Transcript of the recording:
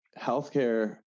healthcare